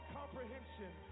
comprehension